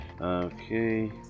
Okay